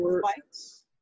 flights